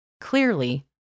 Clearly